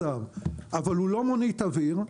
אבל הוא לא מונית אוויר,